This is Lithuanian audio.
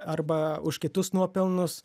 arba už kitus nuopelnus